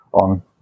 on